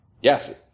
Yes